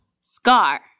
Scar